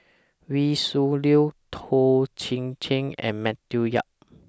Wee Shoo Leong Toh Chin Chye and Matthew Yap